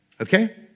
Okay